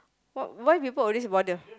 why why people always bother